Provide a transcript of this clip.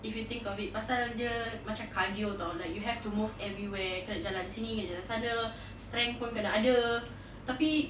if you think of it pasal dia macam cardio [tau] like you have to move everywhere kena jalan sini kena jalan sana strength ada tapi